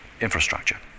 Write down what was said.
infrastructure